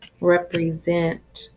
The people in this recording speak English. represent